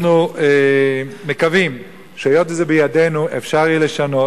אנחנו מקווים שהיות שזה בידינו, יהיה אפשר לשנות.